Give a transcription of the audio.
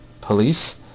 Police